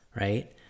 Right